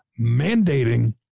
mandating